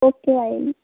okay bye